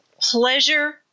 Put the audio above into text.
pleasure